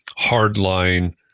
hardline